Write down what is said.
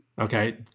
Okay